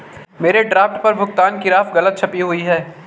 मेरे ड्राफ्ट पर भुगतान की राशि गलत छपी हुई है